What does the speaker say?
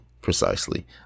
precisely